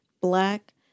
black